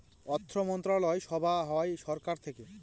অর্থমন্ত্রণালয় সভা হয় সরকার থেকে